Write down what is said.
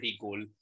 goal